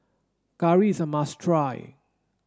curry is a must try